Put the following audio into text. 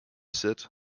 set